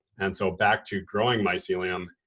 and so back to growing mycelium,